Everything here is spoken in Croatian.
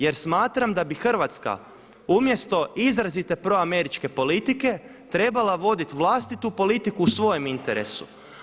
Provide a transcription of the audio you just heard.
Jer smatram da bi Hrvatska umjesto izrazite proameričke politike trebala voditi vlastitu politiku u svojem interesu.